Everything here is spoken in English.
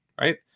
right